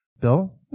bill